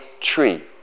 tree